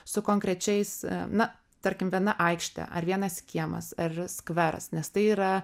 su konkrečiais na tarkim viena aikštė ar vienas kiemas ar skveras nes tai yra